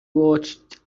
watched